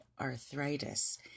arthritis